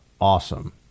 awesome